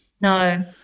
No